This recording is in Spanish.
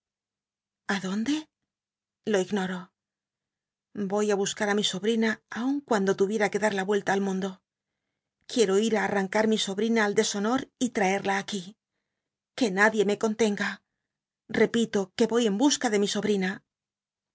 donde lo ignor o voy i buscar mi solwina aun cuand o tuviera que da r la uclta al mundo quiero ir í an anear mi sobrina al deshonor y traerla ac uí que nadie me contenga n cpilo que voy en busca de mi sobl